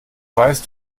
weißt